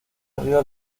arriba